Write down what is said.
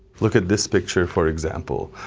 look at this picture for example.